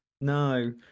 No